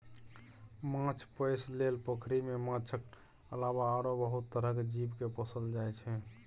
माछ पोसइ लेल पोखरि मे माछक अलावा आरो बहुत तरहक जीव केँ पोसल जाइ छै